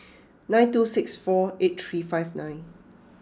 nine two six four eight three five nine